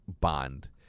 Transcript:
Bond